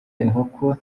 inkoko